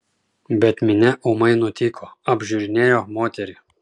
bet minia ūmai nutyko apžiūrinėjo moterį